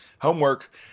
Homework